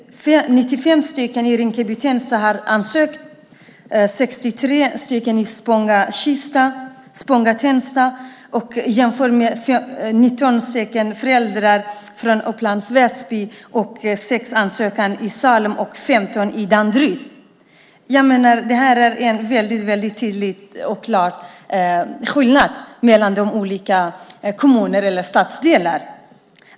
95 föräldrar i Rinkeby-Tensta och 63 föräldrar i Spånga-Tensta har ansökt om vårdnadsbidrag, vilket kan jämföras med 19 ansökningar från föräldrar i Upplands-Väsby, 6 ansökningar från föräldrar i Salem och 15 ansökningar från föräldrar i Danderyd. Jag menar att detta visar på en väldigt tydlig skillnad mellan de olika kommunerna eller stadsdelarna.